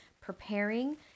preparing